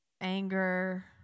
anger